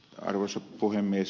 arvoisa puhemies